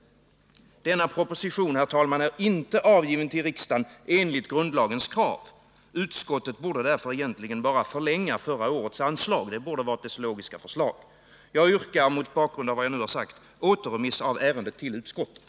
Denna proposition, herr talman, är inte avgiven till riksdagen i enlighet med grundlagens krav. Utskottet borde därför egentligen bara föreslå en förlängning av förra årets anslag. Det borde ha varit det logiska. Jag yrkar mot bakgrund av vad jag nu sagt på återremiss av ärendet till utskottet.